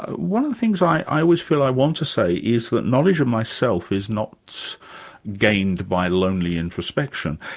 one of the things i i always feel i want to say is that knowledge of myself is not gained by lonely introspection,